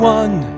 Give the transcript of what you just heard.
one